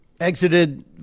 exited